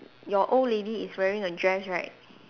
your old lady is wearing a dress right